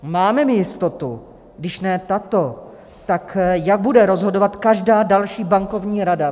Máme my jistotu, když ne tato, tak jak bude rozhodovat každá další bankovní rada?